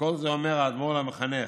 וכל זה אומר האדמו"ר למחנך,